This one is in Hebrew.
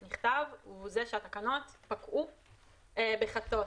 נכתב, שהתקנות פקעו בחצות.